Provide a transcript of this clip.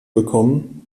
bekommen